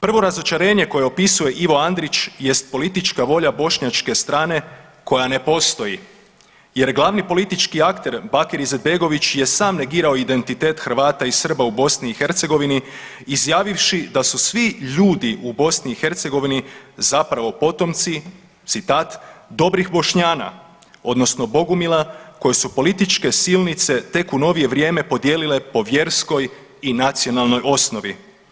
Prvo razočarenje koje opisuje Ivo Andrić jest politička volja bošnjačke strane koja ne postoji, jer glavni politički akter Baker Izetbegović je sam negirao identitet Hrvata i Srba u Bosni i Hercegovini izjavivši da su svi ljudi u Bosni i Hercegovini zapravo potomci, citat: „dobrih Bošnjana odnosno bogumila koji su političke silnice tek u novije vrijeme podijelite po vjerskoj i nacionalnoj osnovi“